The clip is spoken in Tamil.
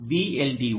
VLDO 2